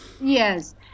Yes